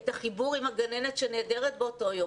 את החיבור עם הגננת שנעדרת באותו יום.